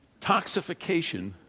Toxification